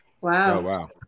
Wow